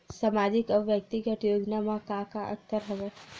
सामाजिक अउ व्यक्तिगत योजना म का का अंतर हवय?